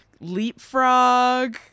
leapfrog